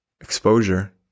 exposure